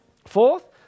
Fourth